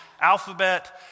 alphabet